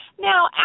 Now